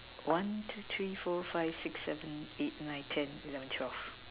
one two three four five six seven eight nine ten eleven twelve